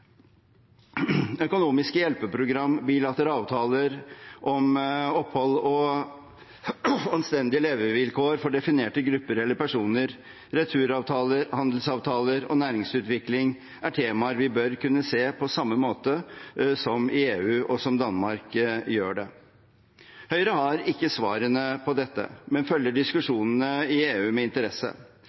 Økonomiske hjelpeprogram, bilaterale avtaler om opphold og anstendige levevilkår for definerte grupper eller personer, returavtaler, handelsavtaler og næringsutvikling er temaer vi bør kunne se på samme måte som EU og Danmark gjør det. Høyre har ikke svarene på dette, men følger diskusjonene i EU med interesse.